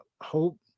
hope